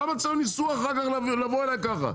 למה אחר כך צריך ניסוח, לבוא אליי ככה?